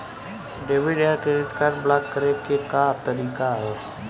Debit या credit card block करे के का तरीका ह?